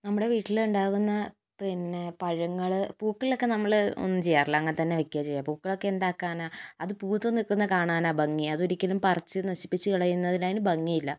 നമ്മുടെ വീട്ടിലുണ്ടാകുന്ന പിന്നേ പഴങ്ങള് പൂക്കളൊക്കെ നമ്മള് ഒന്നും ചെയ്യാറില്ല അങ്ങനെ തന്നേ വയ്ക്കുകയാണ് ചെയ്യാറ് പൂക്കളൊക്കെ എന്താക്കാന അത് പൂത്ത് നിൽക്കുന്ന കാണാനാണ് ഭംഗി അതൊരിക്കലും പറിച്ച് നശിപ്പിച്ച് കളയുന്നതിന് അതിന് ഭംഗിയില്ല